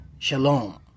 Shalom